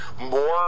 more